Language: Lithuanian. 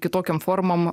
kitokiom formom